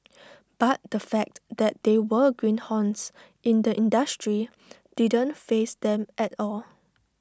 but the fact that they were greenhorns in the industry didn't faze them at all